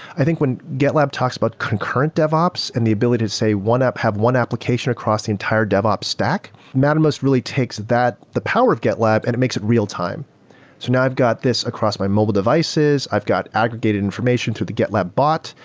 i think when gitlab talks about concurrent devops and the ability to say have one application across the entire devops stack, mattermost really takes the power of gitlab and it makes it real-time. so now i've got this across my mobile devices. i've got aggregated information through the gitlab bot.